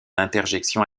interjections